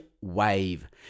Wave